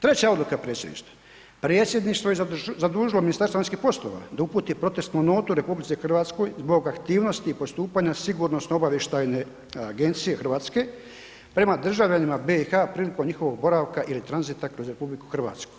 Treća odluka predsjedništva: „Predsjedništvo je zadužilo Ministarstvo vanjskih poslova da uputi protestnu notu RH zbog aktivnosti i postupanja sigurnosno obavještajne agencije Hrvatske prema državljanima BiH prilikom njihovog boravka ili tranzita kroz RH.